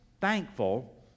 thankful